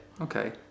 Okay